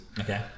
Okay